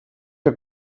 que